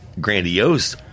grandiose